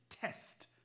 test